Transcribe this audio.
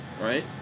Right